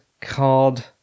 card